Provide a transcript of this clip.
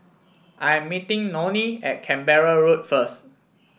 I am meeting Nonie at Canberra Road first